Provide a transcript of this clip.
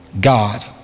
God